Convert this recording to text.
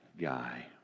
guy